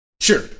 Sure